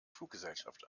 fluggesellschaft